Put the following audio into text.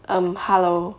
um hello